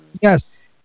Yes